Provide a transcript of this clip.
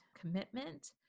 commitment